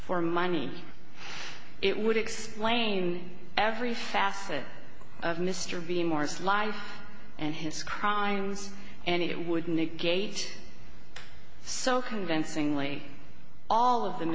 for money it would explain every facet of mr bean moore's life and his crimes and it would negate so convincingly all of the